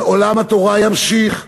עולם התורה ימשיך ויפרח,